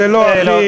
זה לא הכי,